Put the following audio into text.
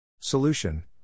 Solution